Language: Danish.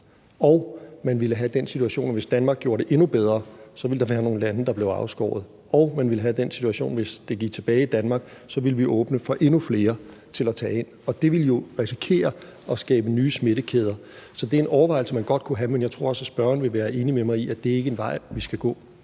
Om man ville have den situation, at hvis Danmark gjorde det endnu bedre, ville der være nogle lande, der blev afskåret fra det, og man ville have den situation, at vi, hvis det gik tilbage i Danmark, ville åbne for endnu flere til at tage ind. Det ville jo risikerer at skabe nye smittekæder. Så det er en overvejelse, man godt kunne have, men jeg tror også, at spørgeren vil være enig med mig i, at det ikke er en vej, vi skal gå.